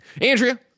Andrea